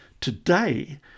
Today